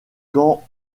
quand